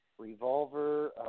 Revolver